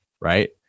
right